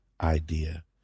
idea